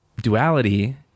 Duality